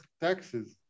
taxes